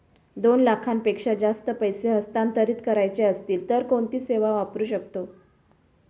दोन लाखांपेक्षा जास्त पैसे हस्तांतरित करायचे असतील तर कोणती सेवा वापरू शकतो?